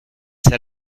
salle